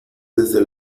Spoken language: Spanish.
desde